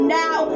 now